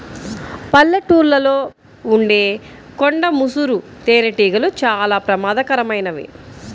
పల్లెటూళ్ళలో ఉండే కొండ ముసురు తేనెటీగలు చాలా ప్రమాదకరమైనవి